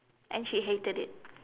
and she hated it